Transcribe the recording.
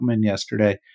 yesterday